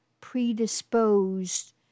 predisposed